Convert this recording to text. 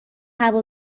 هوا